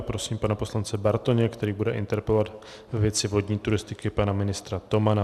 Prosím pana poslance Bartoně, který bude interpelovat ve věci vodní turistiky pana ministra Tomana.